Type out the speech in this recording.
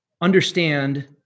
understand